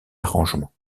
arrangement